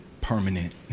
permanent